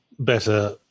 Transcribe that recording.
better